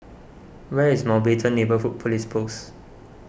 where is Mountbatten Neighbourhood Police Post